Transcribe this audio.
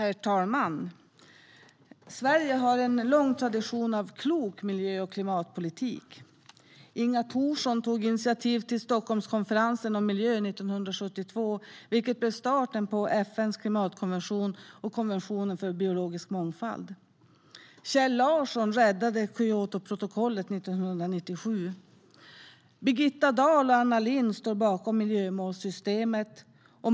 Herr ålderspresident! Sverige har en lång tradition av klok miljö och klimatpolitik. Inga Thorsson tog initiativ till Stockholmskonferensen om miljö 1972, vilket blev starten på FN:s klimatkonvention och konventionen för biologisk mångfald. Kjell Larsson räddade Kyotoprotokollet 1997. Birgitta Dahl och Anna Lindh stod bakom miljömålssystemet.